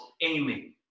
aiming